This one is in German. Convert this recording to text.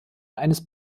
eines